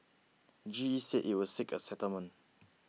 G E said it would seek a settlement